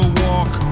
walk